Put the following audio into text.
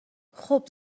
خوب